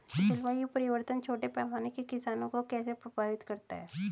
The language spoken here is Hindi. जलवायु परिवर्तन छोटे पैमाने के किसानों को कैसे प्रभावित करता है?